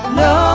no